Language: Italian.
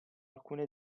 alcune